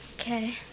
Okay